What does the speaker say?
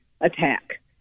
attack